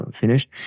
finished –